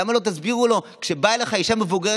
למה לא תסבירו לו: כשבאה אליך אישה מבוגרת